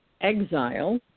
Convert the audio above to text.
exile